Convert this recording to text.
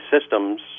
systems